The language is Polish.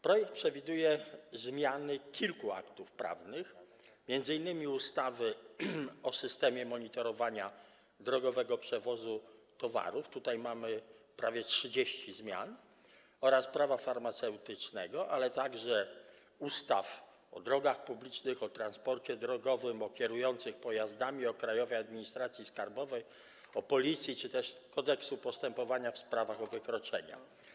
Projekt przewiduje zmiany kilku aktów prawnych, m.in. ustawy o systemie monitorowania drogowego przewozu towarów, tutaj mamy prawie 30 zmian, oraz Prawa farmaceutycznego, a także ustaw o drogach publicznych, o transporcie drogowym, o kierujących pojazdami, o Krajowej Administracji Skarbowej, o Policji czy też Kodeksu postępowania w sprawach o wykroczenia.